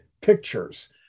pictures